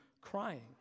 crying